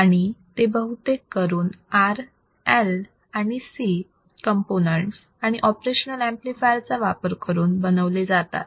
आणि ते बहुतेक करून R L आणि C कंपोनेंट्स आणि ऑपरेशनल ऍम्प्लिफायर चा वापर करून बनवले जातात